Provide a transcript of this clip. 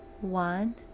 one